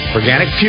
Organic